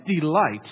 delight